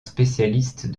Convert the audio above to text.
spécialiste